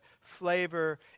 flavor